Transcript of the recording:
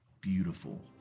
beautiful